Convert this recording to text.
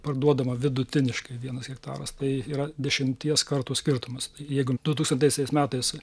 parduodama vidutiniškai vienas hektaras tai yra dešimties kartų skirtumas jeigu dutūkstantaisiais metais